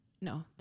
No